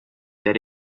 that